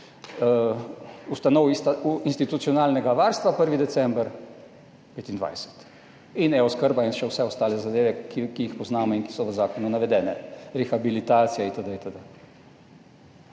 ustanov iz institucionalnega varstva, 1. december 2025 in e-oskrba in še vse ostale zadeve, ki jih poznamo in ki so v zakonu navedene, rehabilitacija, itd.,